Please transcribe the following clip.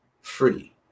free